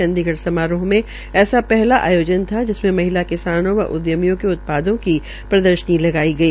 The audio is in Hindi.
चंडीगढ़ समारोह में ऐसा पहला आयोजना था जिससे महिला किसानों व उदयमियों के उत्पादों की प्रदर्शनी लगाई गई